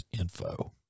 info